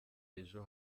ejo